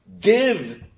give